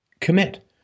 Commit